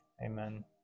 amen